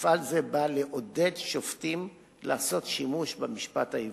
מפעל זה בא לעודד שופטים לעשות שימוש במשפט העברי.